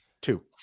Two